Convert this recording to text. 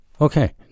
Okay